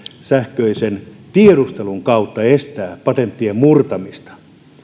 sähköisen tiedustelun kautta estää patenttien murtamista